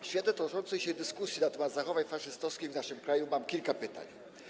W świetle toczącej się dyskusji na temat zachowań faszystowskich w naszym kraju mam kilka pytań.